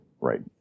right